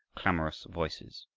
clamorous voices.